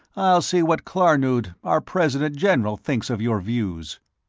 i'll see what klarnood, our president-general, thinks of your views.